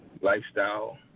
lifestyle